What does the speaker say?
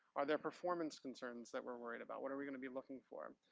are there performance concerns that we're worried about? what are we gonna be looking for?